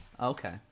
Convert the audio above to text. Okay